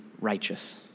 righteous